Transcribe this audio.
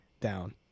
Down